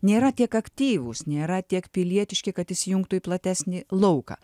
nėra tiek aktyvūs nėra tiek pilietiški kad įsijungtų į platesnį lauką